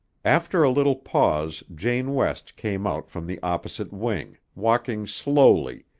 after a little pause jane west came out from the opposite wing, walking slowly,